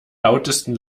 lautesten